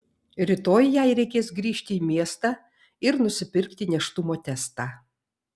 rytoj jai reikės grįžti į miestą ir nusipirkti nėštumo testą